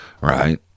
right